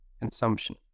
consumption